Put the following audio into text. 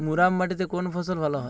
মুরাম মাটিতে কোন ফসল ভালো হয়?